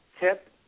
tip